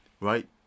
Right